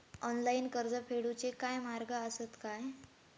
Online कर्ज फेडूचे काय मार्ग आसत काय?